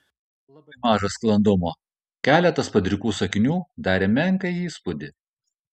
labai maža sklandumo keletas padrikų sakinių darė menką įspūdį